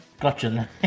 Gotcha